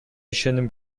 ишеним